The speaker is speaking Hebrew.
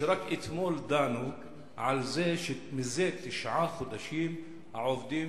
שרק אתמול דנו על זה שמזה תשעה חודשים העובדים